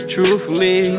Truthfully